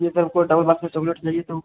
जी sir हम को double bar का चॉकलेट चाहिए तो